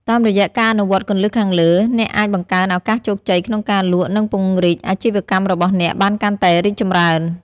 តាមរយៈការអនុវត្តន៍គន្លឹះខាងលើ អ្នកអាចបង្កើនឱកាសជោគជ័យក្នុងការលក់ និងពង្រីកអាជីវកម្មរបស់អ្នកបានកាន់តែរីកចម្រើន។